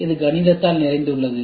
இது கணிதத்தால் நிறைந்துள்ளது